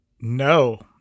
No